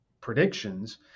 predictions